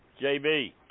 JB